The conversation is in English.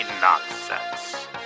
nonsense